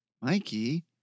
Mikey